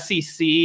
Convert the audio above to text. SEC